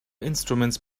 instruments